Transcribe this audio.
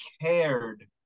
cared